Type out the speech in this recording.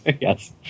Yes